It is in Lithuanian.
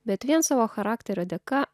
bet vien savo charakterio dėka